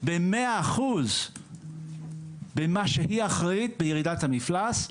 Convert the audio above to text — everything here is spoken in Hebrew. ב- 100% במה שהיא אחראית בירידת המפלס.